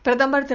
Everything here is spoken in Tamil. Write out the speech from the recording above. பிரதமர் திரு